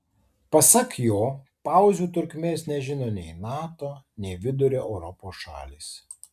pasak jo pauzių trukmės nežino nei nato nei vidurio europos šalys